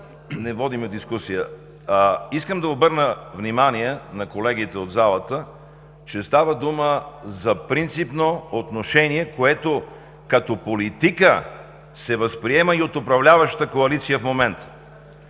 Не водим дискусия. Искам да обърна внимание на колегите от залата, че става дума за принципно отношение, което като политика се възприема и от управляващата коалиция в момента.